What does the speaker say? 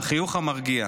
החיוך המרגיע.